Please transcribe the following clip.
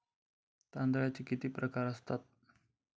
तांदळाचे किती प्रकार असतात?